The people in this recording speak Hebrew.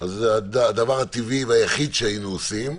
אז הדבר הטבעי והיחיד שהיינו עושים,